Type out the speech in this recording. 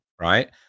right